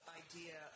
idea